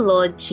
Lord